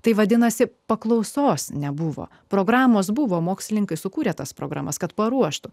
tai vadinasi paklausos nebuvo programos buvo mokslininkai sukūrė tas programas kad paruoštų